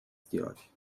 сделать